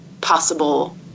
possible